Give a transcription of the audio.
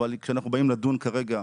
אבל כשאנחנו באים לדון כרגע